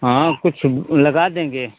हाँ कुछ लगा देंगे